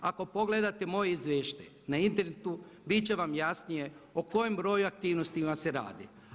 Ako pogledate moj izvještaj na internetu bit će vam jasnije o kojem broju aktivnosti vam se radi.